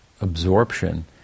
absorption